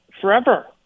forever